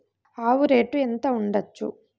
ఆవు రేటు ఎంత ఉండచ్చు?